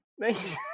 Thanks